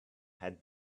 had